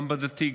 גם בדתי,